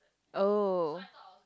oh